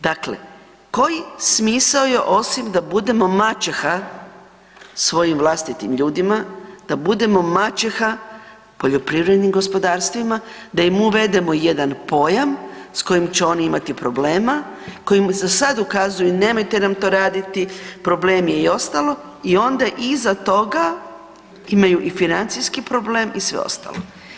Dakle, koji smisao je osim da budemo maćeha svojim vlastitim ljudima, da budemo maćeha poljoprivrednim gospodarstvima, da im uvedemo jedan pojam s kojim će oni imati problema, koji nam sad ukazuju nemojte nam to raditi, problem je i ostalo i onda iza toga imaju i financijski problem i sve ostalo.